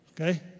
Okay